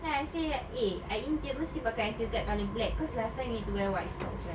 then I say eh I injured mesti pakai ankle guard colour black cause last time we need to wear white socks right